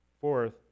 Fourth